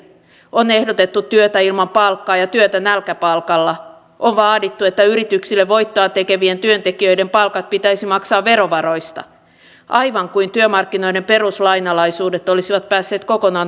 on ehdotettu työtä ilman palkkaa ja työtä nälkäpalkalla on vaadittu että yrityksille voittoa tekevien työntekijöiden palkat pitäisi maksaa verovaroista aivan kuin työmarkkinoiden peruslainalaisuudet olisivat päässeet kokonaan unohtumaan